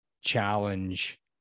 challenge